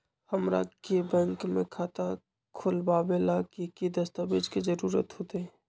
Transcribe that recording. हमरा के बैंक में खाता खोलबाबे ला की की दस्तावेज के जरूरत होतई?